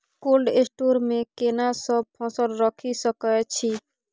Cold store मे केना सब फसल रखि सकय छी?